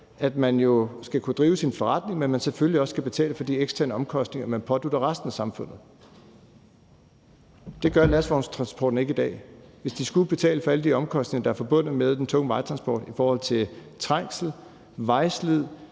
at man jo skal kunne drive sin forretning, men at man selvfølgelig også skal betale for de eksterne omkostninger, man pådutter resten af samfundet. Det gør lastvognstransporten ikke i dag. Hvis de skulle betale for alle de omkostninger, der er forbundet med den tunge vejtransport i forhold til trængsel, vejslid,